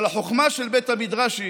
אבל החוכמה של בית המדרש היא